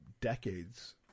decades